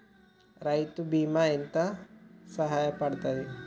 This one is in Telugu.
రైతు కి బీమా ఎంత సాయపడ్తది?